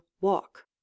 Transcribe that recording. walk